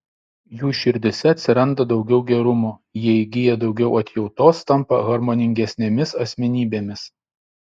jų širdyse atsiranda daugiau gerumo jie įgyja daugiau atjautos tampa harmoningesnėmis asmenybėmis